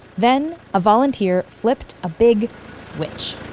then, a volunteer flipped a big switch.